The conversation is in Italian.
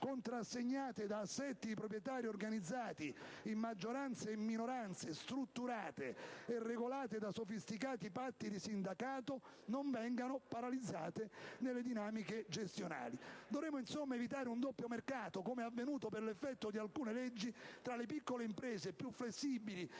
contrassegnate da assetti proprietari organizzati in maggioranze e minoranze strutturate e regolate da sofisticati patti di sindacato, non vengano paralizzate nelle dinamiche gestionali. Dovremo insomma evitare un doppio mercato, come avvenuto, per l'effetto di alcune leggi, tra le piccole imprese, più flessibili,